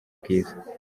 bwiza